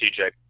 TJ